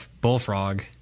bullfrog